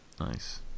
Nice